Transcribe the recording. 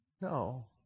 No